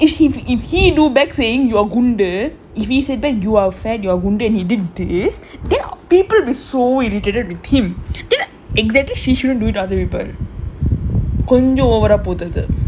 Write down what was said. if he if he do beg saying you குண்டு:gundu if he say you have fed you குண்டு:gundu and he did this then people will be so irritated with him then exactly she should'nt do with the other people கொஞ்சம்:konjam over ah போவுது அது:povuthu athu